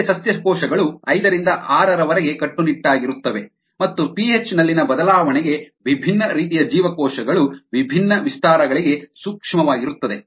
ಮತ್ತೆ ಸಸ್ಯ ಕೋಶಗಳು ಐದರಿಂದ ಆರರವರೆಗೆ ಕಟ್ಟುನಿಟ್ಟಾಗಿರುತ್ತವೆ ಮತ್ತು ಪಿಹೆಚ್ ನಲ್ಲಿನ ಬದಲಾವಣೆಗೆ ವಿಭಿನ್ನ ರೀತಿಯ ಜೀವಕೋಶಗಳು ವಿಭಿನ್ನ ವಿಸ್ತಾರಗಳಿಗೆ ಸೂಕ್ಷ್ಮವಾಗಿರುತ್ತದೆ